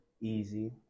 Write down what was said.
easy